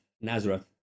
Nazareth